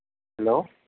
hello